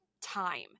time